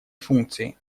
функции